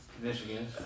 Michigan